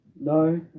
no